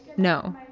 no.